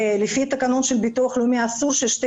לפי התקנון של ביטוח לאומי אסור ששתי